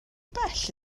bell